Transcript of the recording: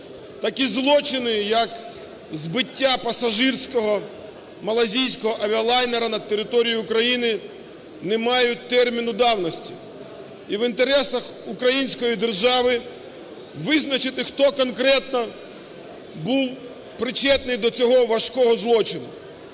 Такі злочини, як збиття пасажирського малайзійського авіалайнера над територією України, не мають терміну давності. І в інтересах української держави визначити, хто конкретно був причетний до цього важкого злочину.